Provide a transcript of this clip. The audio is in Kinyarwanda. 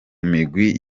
migwi